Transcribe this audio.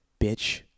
bitch